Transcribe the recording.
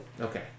Okay